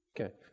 Okay